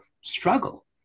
struggle